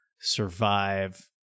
survive